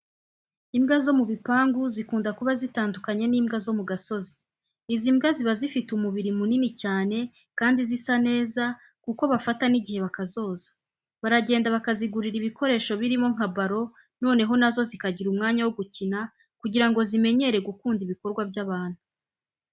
Imbwa zo mu bipangu zikunda kuba zitandukanye n'imbwa zo mu gasozi. Izi mbwa ziba zifite umubiri munini cyane kandi zisa neza kuko bafata n'igihe bakazoza. Baragenda bakazigurira ibikoresho birimo nka baro noneho na zo zikagira umwanya wo gukina kugira ngo zimenyere gukunda ibikorwa by'abantu.